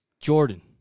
Jordan